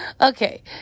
Okay